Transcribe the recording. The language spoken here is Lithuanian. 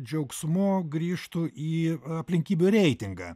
džiaugsmu grįžtu į aplinkybių reitingą